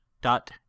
dot